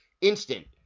instant